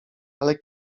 ale